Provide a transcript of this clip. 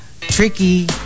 tricky